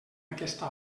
aquesta